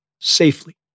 safely